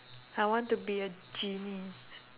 I want to be a genie